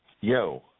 Yo